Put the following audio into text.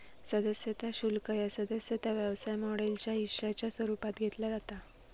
सदस्यता शुल्क ह्या सदस्यता व्यवसाय मॉडेलच्या हिश्शाच्या स्वरूपात घेतला जाता